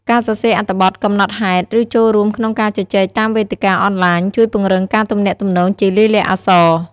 ការសរសេរអត្ថបទ កំណត់ហេតុ ឬចូលរួមក្នុងការជជែកតាមវេទិកាអនឡាញ ជួយពង្រឹងការទំនាក់ទំនងជាលាយលក្ខណ៍អក្សរ។